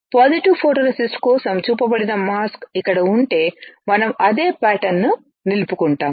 positive photoresist కోసం చూపబడిన mask ఇక్కడ ఉంటే మనం అదే ప్యాటర్న్ ను నిలుపుకుంటాము